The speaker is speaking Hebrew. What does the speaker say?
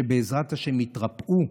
שבעזרת השם יתרפאו.